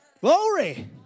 Glory